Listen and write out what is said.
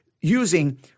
using